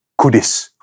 kudis